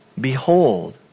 Behold